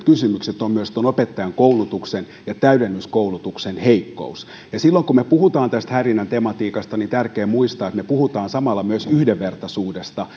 kysymykset ovat myös opettajankoulutuksen ja täydennyskoulutuksen heikkous ja silloin kun me puhumme tästä häirinnän tematiikasta on tärkeää muistaa että me puhumme samalla myös yhdenvertaisuudesta